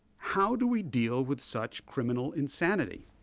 how do we deal with such criminal insanity?